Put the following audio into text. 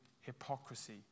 hypocrisy